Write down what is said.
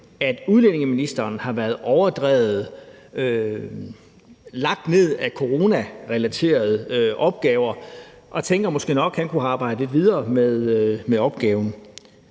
at udlændingeministeren i overdrevet grad har været lagt ned af coronarelaterede opgaver, og jeg tænker måske nok, at han kunne have arbejdet lidt videre med opgaven.